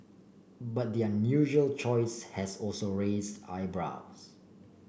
but the unusual choice has also raised eyebrows